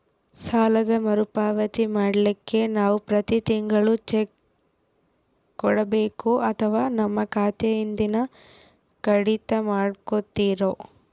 ಸಾಲದ ಮರುಪಾವತಿ ಮಾಡ್ಲಿಕ್ಕೆ ನಾವು ಪ್ರತಿ ತಿಂಗಳು ಚೆಕ್ಕು ಕೊಡಬೇಕೋ ಅಥವಾ ನಮ್ಮ ಖಾತೆಯಿಂದನೆ ಕಡಿತ ಮಾಡ್ಕೊತಿರೋ?